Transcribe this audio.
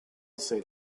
say